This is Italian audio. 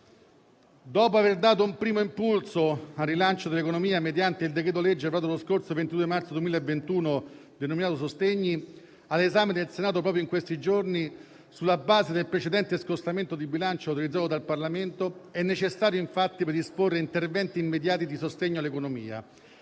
Dopo aver dato un primo impulso al rilancio dell'economia mediante il decreto-legge varato lo scorso marzo del 2021, denominato sostegni e all'esame del Senato, sulla base del precedente scostamento di bilancio autorizzato dal Parlamento, è necessario, infatti, predisporre interventi immediati di sostegno all'economia